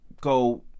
go